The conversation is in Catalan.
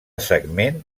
segment